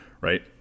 Right